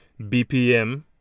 BPM